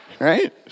Right